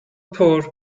poor